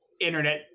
internet